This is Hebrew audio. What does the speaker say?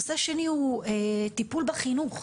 הנושא השני הוא הטיפול בחינוך.